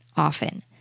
often